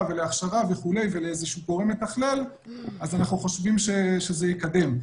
ולהכשרה ולאיזה שהוא גורם מתכלל אנחנו חושבים שזה יקדם.